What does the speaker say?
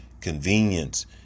convenience